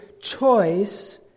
choice